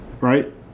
right